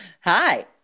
Hi